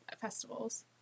festivals